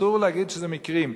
אסור להגיד שזה מקרים.